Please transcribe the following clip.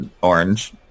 orange